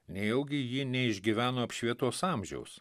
nejaugi ji neišgyveno apšvietos amžiaus